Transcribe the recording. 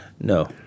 No